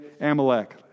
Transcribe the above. Amalek